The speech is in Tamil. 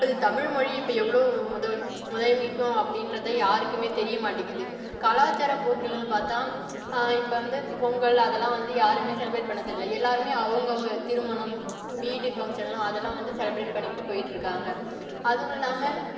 அது தமிழ்மொழி இப்போ எவ்வளோ முதன் முதன்மைக்கும் அப்படின்றத யாருக்குமே தெரிய மாட்டேங்கிது கலாச்சார போக்கில்னு பார்த்தா இப்போ வந்து பொங்கல் அதெல்லாம் வந்து யாருமே செலப்ரேட் பண்ணது இல்லை எல்லாருமே அவங்கவங்க திருமணம் பியூட்டி ஃபங்ஷன்லாம் அதெல்லாம் வந்து செலப்ரேட் பண்ணிக்கிட்டு போயிட்டு இருக்காங்க அதுவும் இல்லாமல்